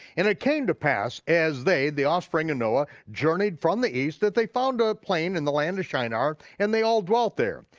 and it came to pass as they, the offspring of and noah, journeyed from the east that they found a plain in the land of shinar, and they all dwelt there.